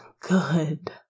good